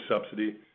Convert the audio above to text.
subsidy